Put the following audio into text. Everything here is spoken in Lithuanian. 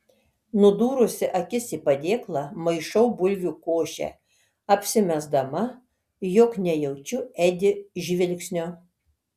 nudūrusi akis į padėklą maišau bulvių košę apsimesdama jog nejaučiu edi žvilgsnio